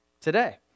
today